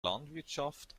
landwirtschaft